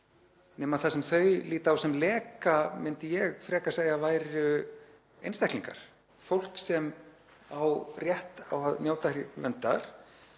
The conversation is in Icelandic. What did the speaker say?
nema að það sem þau líta á sem leka myndi ég frekar segja að væru einstaklingar, fólk sem á rétt á að njóta hér verndar,